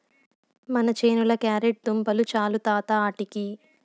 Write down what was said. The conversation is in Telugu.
మన చేనుల క్యారెట్ దుంపలు చాలు తాత ఆటికి